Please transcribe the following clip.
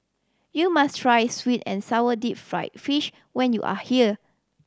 you must try sweet and sour deep fried fish when you are here